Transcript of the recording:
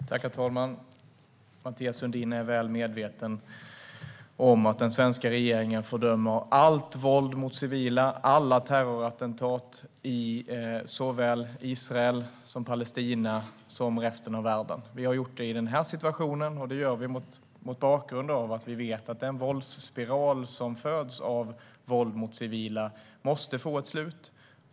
Herr talman! Mathias Sundin är väl medveten om att den svenska regeringen fördömer allt våld mot civila och alla terrorattentat i såväl Israel som Palestina och resten av världen. Vi har gjort det i den här situationen mot bakgrund av att vi vet att den våldsspiral som föds av våld mot civila måste få ett slut.